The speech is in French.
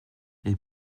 les